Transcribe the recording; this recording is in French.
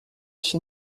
chez